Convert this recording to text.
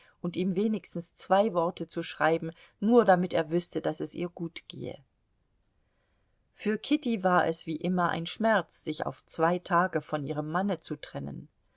und ihm wenigstens zwei worte zu schreiben nur damit er wüßte daß es ihr gut gehe für kitty war es wie immer ein schmerz sich auf zwei tage von ihrem manne zu trennen